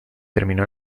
terminó